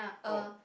oh